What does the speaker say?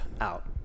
out